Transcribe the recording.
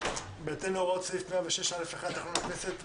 בהתאם להוראות סעיף 106(א)(1) לתקנון הכנסת,